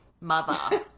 Mother